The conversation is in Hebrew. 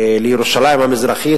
לירושלים המזרחית,